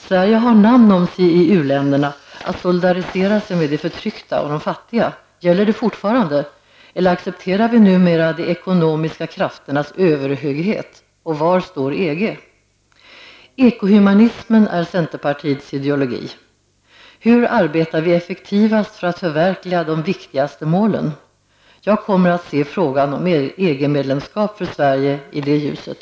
Sverige har namn om sig i u-länderna att solidarisera sig med de förtryckta och de fattiga. Gäller det fortfarande, eller accepterar vi numera de ekonomiska krafternas överhöghet? Var står EG? Ekohumanismen är centerpartiets ideologi. Hur arbetar vi effektivast för att förverkliga de viktigaste målen? Jag kommer att se frågan om EG medlemskap för Sverige i det ljuset.